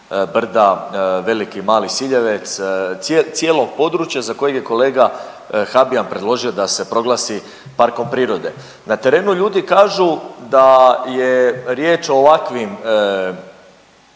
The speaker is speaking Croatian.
brda Veliki i Mali Siljevec, cijelog područja za kojeg je kolega Habijan predložio da se proglasi parkom prirode? Na terenu ljudi kažu da je riječ o ovakvim